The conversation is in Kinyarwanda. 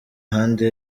ahandi